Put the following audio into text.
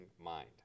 mind